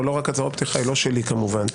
לא רק הצהרות פתיחה היא לא שלי כמובן,